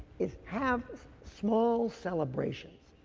is have small celebrations.